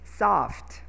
soft